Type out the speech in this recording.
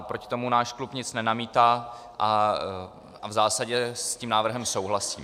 Proti tomu náš klub nic nenamítá a v zásadě s tím návrhem souhlasí.